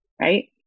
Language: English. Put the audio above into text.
right